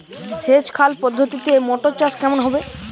সেচ খাল পদ্ধতিতে মটর চাষ কেমন হবে?